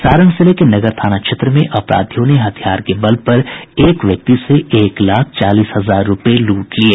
सारण जिले के नगर थाना क्षेत्र में अपराधियों ने हथियार के बल पर एक व्यक्ति से एक लाख चालीस हजार रुपये लूट लिये